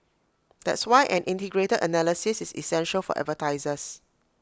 that's why an integrated analysis is essential for advertisers